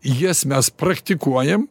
jas mes praktikuojam